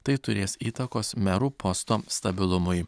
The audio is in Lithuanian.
tai turės įtakos merų posto stabilumui